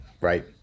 Right